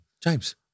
James